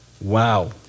Wow